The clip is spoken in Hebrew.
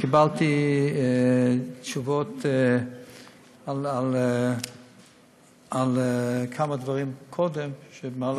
קיבלתי תשובות על כמה דברים קודם שבמהלך הישיבה,